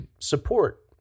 support